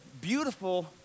beautiful